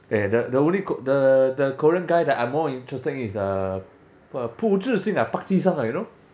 eh the the only kor~ the the korean guy that I'm more interested in is uh pu zhi xing ah park ji sung ah you know